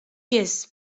йөз